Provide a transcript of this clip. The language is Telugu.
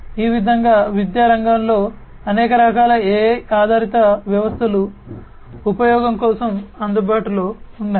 ఈ విధంగా విద్యారంగంలో అనేక రకాల AI ఆధారిత వ్యవస్థలు ఉపయోగం కోసం అందుబాటులో ఉన్నాయి